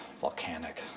volcanic